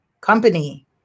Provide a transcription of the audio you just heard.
company